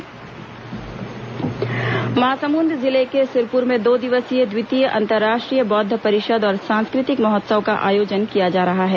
बौद्ध परिषद महोत्सव महासमुंद जिले के सिरपुर में दो दिवसीय द्वितीय अंतर्राष्ट्रीय बौद्ध परिषद और सांस्कृतिक महोत्सव का आयोजन किया जा रहा है